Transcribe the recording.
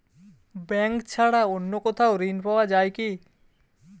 Bank ছাড়া অন্য কোথাও ঋণ পাওয়া যায় কি?